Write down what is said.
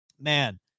man